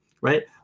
right